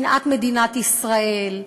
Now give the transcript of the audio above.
שנאת מדינת ישראל,